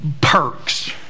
perks